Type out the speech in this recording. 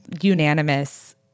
unanimous